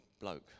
bloke